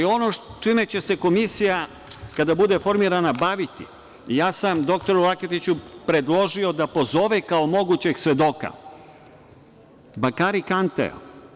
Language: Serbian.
Ono čime će se komisija, kada bude formirana, baviti, dr Laketiću sam predložio da pozove kao mogućeg svedoka Bakari Kantea.